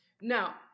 now